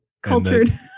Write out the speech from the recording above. Cultured